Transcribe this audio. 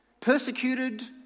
persecuted